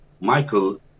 michael